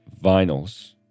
vinyls